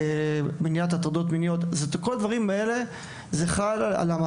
מניעת הטרדות מיניות וכל הדברים האלה חלים על האגודה,